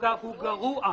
ההחרגה הוא גרוע,